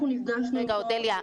אנחנו נפגשנו --- רגע, אודליה,